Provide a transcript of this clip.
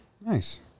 Nice